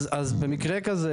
אז במקרה כזה,